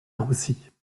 rossi